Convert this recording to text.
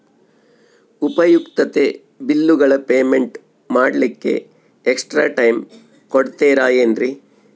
ಉಪಯುಕ್ತತೆ ಬಿಲ್ಲುಗಳ ಪೇಮೆಂಟ್ ಮಾಡ್ಲಿಕ್ಕೆ ಎಕ್ಸ್ಟ್ರಾ ಟೈಮ್ ಕೊಡ್ತೇರಾ ಏನ್ರಿ?